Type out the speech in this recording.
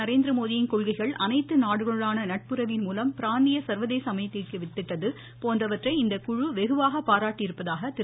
நரேந்திரமோடியின் கொள்கைகள் அனைத்து நாடுகளுடனான நட்புறவின் மூலம் பிராந்திய சர்வதேச அமைதிக்கு வித்திட்டது போன்றவற்றை இக்குழு வெகுவாக பாராட்டியிருப்பதாக திரு